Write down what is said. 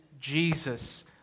Jesus